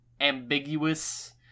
ambiguous